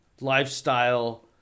lifestyle